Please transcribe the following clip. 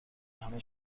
همه